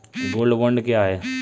Gold bond क्या है?